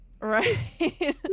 Right